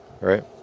right